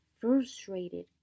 frustrated